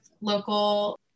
local